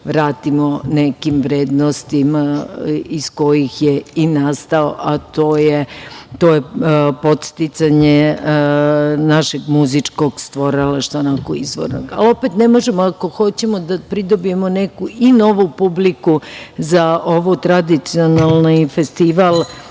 nekim vrednostima iz kojih je i nastao, a to je podsticanje našeg muzičkog stvaralaštva, onako izvornog, ali opet ne možemo ako hoćemo da pridobijemo neku i novu publiku za ovaj tradicionalni festival